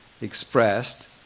expressed